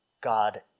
God